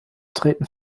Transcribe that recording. treten